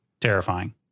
terrifying